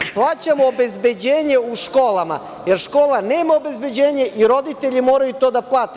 Plaćamo obezbeđenje u školama, jer škola nema obezbeđenje i roditelji moraju to da plate.